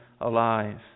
alive